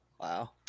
wow